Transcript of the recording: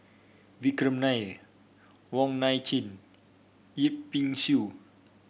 Vikram Nair Wong Nai Chin Yip Pin Xiu